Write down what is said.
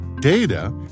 data